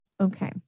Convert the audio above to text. Okay